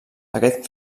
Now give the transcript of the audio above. aquest